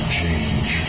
change